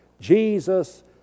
Jesus